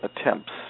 attempts